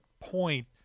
point